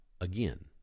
again